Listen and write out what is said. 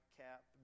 cap